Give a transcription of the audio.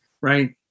right